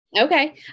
Okay